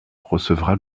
recevra